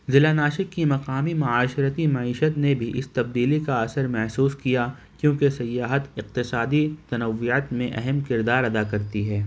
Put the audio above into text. ضلع ناشک کی مقامی معاشرتی معیشت نے بھی اِس تبدیلی کا اثر محسوس کیا کیونکہ سیاحت اقتصادی تنویات میں اہم کردار ادا کرتی ہے